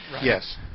Yes